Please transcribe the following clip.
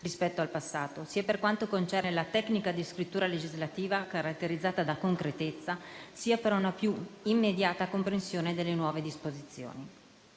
rispetto al passato, sia per quanto concerne la tecnica di scrittura legislativa, caratterizzata da concretezza, sia per una più immediata comprensione delle nuove disposizioni.